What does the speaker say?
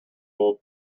will